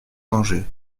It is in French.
danger